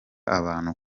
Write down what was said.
abantu